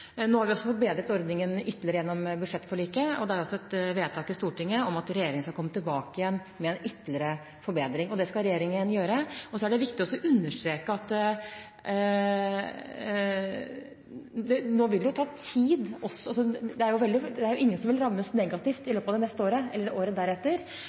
har også fått bedret ordningen ytterligere gjennom budsjettforliket, og det er også et vedtak i Stortinget om at regjeringen skal komme tilbake igjen med ytterligere en forbedring. Det skal regjeringen gjøre. Det er viktig å understreke at ingen vil rammes negativt i løpet av det neste året eller året deretter. Alle familier vil